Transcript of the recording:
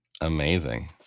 Amazing